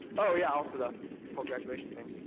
oh yeah, also the whole graduation thing.